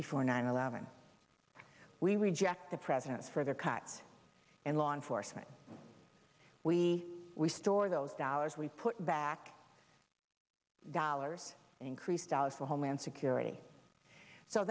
before nine eleven we reject the president's further cuts in law enforcement we we store those dollars we put back dollars in increased dollars for homeland security so